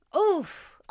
Oof